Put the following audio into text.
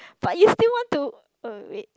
but you still want to uh wait